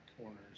corners